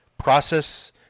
process